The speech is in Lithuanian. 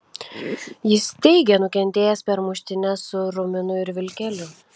jis teigė nukentėjęs per muštynes su ruminu ir vilkeliu